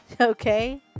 Okay